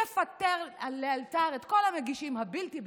יפטר לאלתר את כל המגישים הבלתי-ביביסטים,